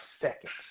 seconds